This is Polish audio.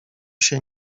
się